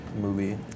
movie